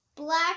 black